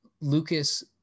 Lucas